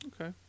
Okay